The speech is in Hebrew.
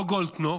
לא גולדקנופ,